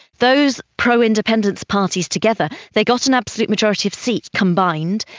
those pro-independence parties together, they got an absolute majority of seats combined,